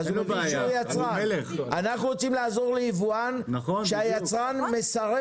אנחנו רוצים לעזור ליבואן שהיצרן מסרב